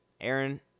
Aaron